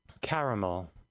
Caramel